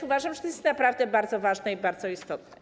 Uważam, że to jest naprawdę bardzo ważne, bardzo istotne.